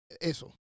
Eso